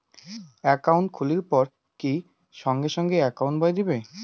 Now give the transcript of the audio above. Account খুলির পর কি সঙ্গে সঙ্গে একাউন্ট বই দিবে?